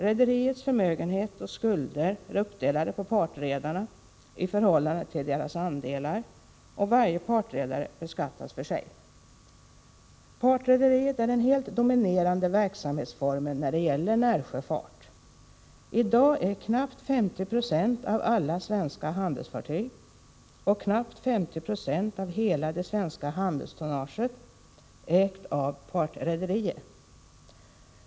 Rederiets förmögenhet och skulder är uppdelade på partredarna i förhållande till deras andelar, och varje partredare beskattas för sig. Partrederiet är den helt dominerande verksamhetsformen när det gäller närsjöfart. I dag är knappt 50 96 av alla svenska handelsfartyg och knappt 50 96 av hela det svenska handelstonnaget ägt av partrederier.